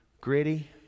gritty